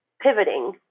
pivoting